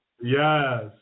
Yes